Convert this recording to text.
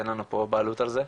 אין לנו פה בעלות על זה,